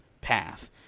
path